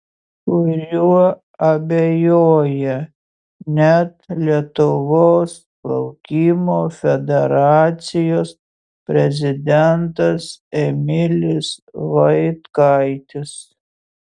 kuriuo abejoja net lietuvos plaukimo federacijos prezidentas emilis vaitkaitis